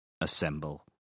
assemble